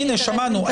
הינה שמענו.